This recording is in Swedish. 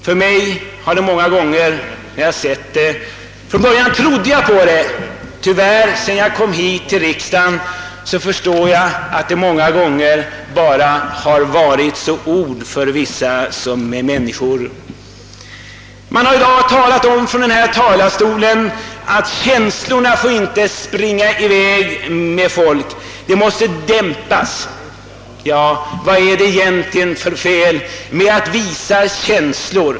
Från början trodde jag på allt detta, men sedan jag kom hit till riksdagen har jag tyvärr förstått att det ofta varit bara ord för många. Man har i dag från denna talarstol talat om att känslorna inte får springa i väg med människorna, utan att de måste dämpas. Vad är det egentligen för fel med att visa känslor?